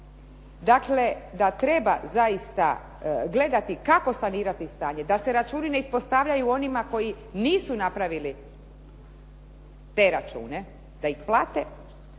dakle da treba zaista gledati kako sanirati stanje, da se računi ne ispostavljaju onima koji nisu napravili te račune, da ih plate.